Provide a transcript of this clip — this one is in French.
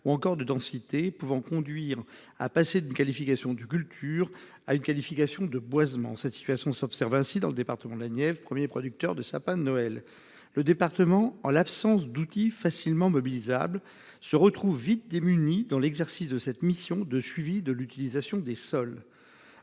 ou encore de densité pouvant conduire à passer d'une qualification du culture à une qualification de boisement cette situation s'observe ainsi dans le département de la Nièvre 1er producteur de sapins de Noël. Le département en l'absence d'outils facilement mobilisables se retrouve vite démuni dans l'exercice de cette mission de suivi de l'utilisation des sols.